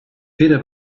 era